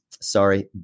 Sorry